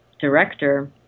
director